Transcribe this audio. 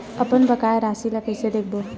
अपन बकाया राशि ला कइसे देखबो?